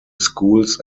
schools